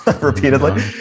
repeatedly